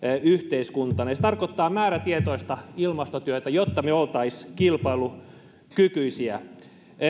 yhteiskuntana ja se tarkoittaa määrätietoista ilmastotyötä jotta me olisimme kilpailukykyisiä